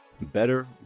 better